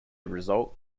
result